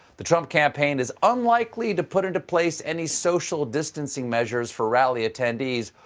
the trump campaign is unlikely to put into place any social distancing measures for rally attendees,